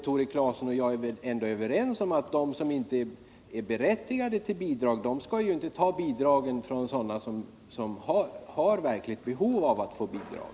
Tore Claeson och jag är väl överens om att de som inte är berättigade till bidrag inte skall ta dem från sådana som har verkligt behov av att få dem.